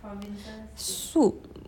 soup